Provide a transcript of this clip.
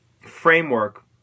framework